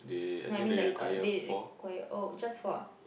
no I mean like uh they require oh just four ah